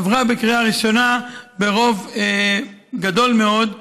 היא עברה בקריאה ראשונה ברוב גדול מאוד,